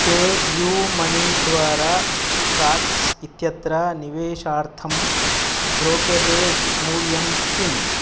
pay U money द्वारा stocks इत्यत्र निवेशार्थं ब्रोकेरेज् मूल्यं किम्